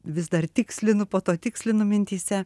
vis dar tikslinu po to tikslinu mintyse